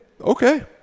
okay